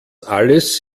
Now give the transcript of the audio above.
alles